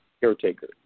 caretaker